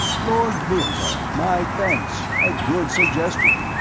lord virzal, my thanks a good suggestion.